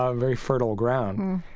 ah very fertile ground.